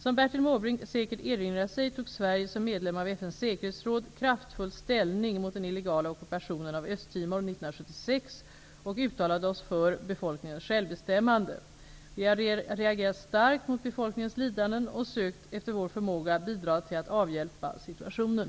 Som Bertil Måbrink säkert erinrar sig tog Sverige som medlem av FN:s säkerhetsråd kraftfullt ställning mot den illegala ockupationen av Östtimor 1976 och vi uttalade oss för befolkningens självbestämmande. Vi har reagerat starkt mot befolkningens lidanden och sökt, efter vår förmåga, bidra till att avhjälpa situationen.